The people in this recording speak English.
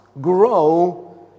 grow